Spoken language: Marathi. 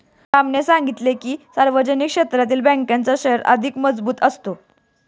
श्यामने सांगितले की, सार्वजनिक क्षेत्रातील बँकांचा शेअर अधिक मजबूत असतो